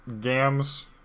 Gams